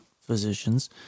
physicians